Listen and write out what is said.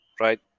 right